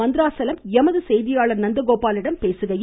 மந்த்ராசலம் எமது செய்தியாளர் நந்தகோபாலிடம் பேசுகையில்